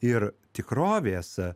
ir tikrovės